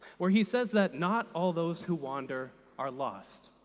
where he says that not all those who wander are lost,